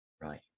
Right